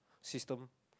system